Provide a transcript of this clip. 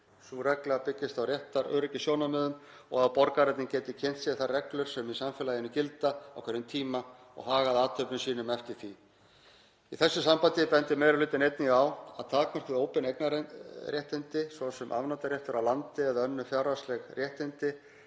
Sú regla byggist á réttaröryggissjónarmiðum og að borgararnir geti kynnt sér þær reglur sem í samfélaginu gilda á hverjum tíma og hagað athöfnum sínum eftir því. Í þessu sambandi bendir meiri hlutinn einnig á að takmörkuð óbein eignarréttindi, svo sem afnotaréttur af landi eða önnur fjárhagsleg réttindi